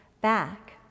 back